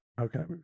Okay